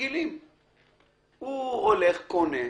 רגילים שקונים,